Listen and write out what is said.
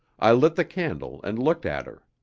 i lit the candle and looked at her.